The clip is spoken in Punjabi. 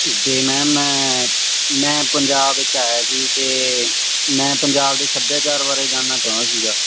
ਤੇ ਮੈਮ ਮੈਂ ਪੰਜਾਬ ਵਿੱਚ ਆਇਆ ਸੀ ਤੇ ਮੈਂ ਪੰਜਾਬ ਦੇ ਸੱਭਿਆਚਾਰ ਬਾਰੇ ਜਾਣਨਾ ਚਾਹੁੰਦਾ ਸੀਗਾ